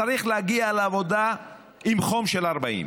וצריך להגיע לעבודה עם חום של 40,